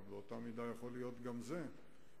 אבל באותה מידה זה יכול להיות גם בנושא זה,